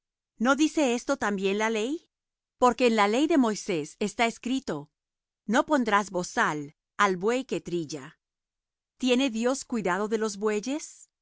no dice esto también la ley porque en la ley de moisés está escrito no pondrás bozal al buey que trilla tiene dios cuidado de los bueyes